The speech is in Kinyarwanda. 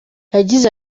yagize